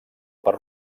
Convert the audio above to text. per